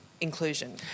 inclusion